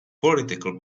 political